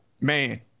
man